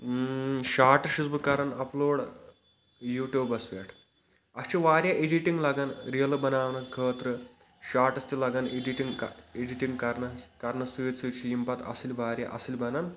shorts چھُس بہٕ کَران اپ لوڈ یوٗٹیٛوٗبس پٮ۪ٹھ اتھ چھِ وارِیاہ ایٚڈٹنٛگ لگان رِیٖلہٕ بناونہٕ خٲطرٕ شارٹَس تہِ لگان ایٚڈٹنٛگ ایٚڈٹنٛگ کرنَس کرنہٕ سۭتۍ سۭتۍ چھِ یِم پتہٕ اصٕل وارِیاہ اصٕل بنان